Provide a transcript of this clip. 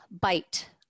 bite